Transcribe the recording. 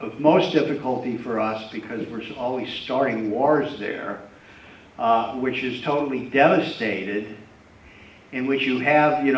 the most difficulty for us because we're always starting wars there which is totally devastated in which you have you